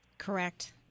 Correct